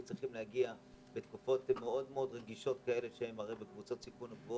צריכים להגיע בתקופה מאוד רגישה שהרי הם בקבוצות סיכון גבוה